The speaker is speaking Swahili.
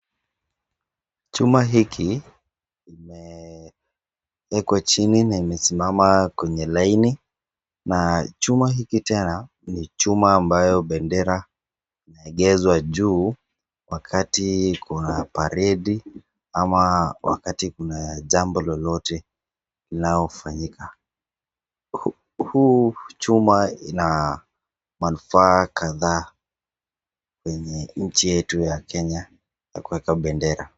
Chuma hiki imewekwa chini na imesimama kwenye laini na chuma hiki tena ni chuma ambayo bendera inaegeshwa juu wakati kuna baridi ama wakati kuna jambo lolote linalofanyika. Huku chuma ina manufaa kadhaa yenye nchi yetu ya kenya ya kuweka bendera.